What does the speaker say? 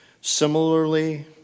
Similarly